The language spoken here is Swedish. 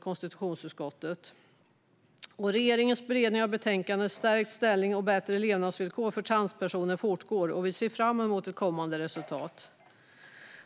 Regeringens beredning av betänkandet Transpersoner i Sverige - Förslag för stärkt ställning och bättre levnadsvillkor fortgår, och vi ser fram emot kommande resultat.